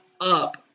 up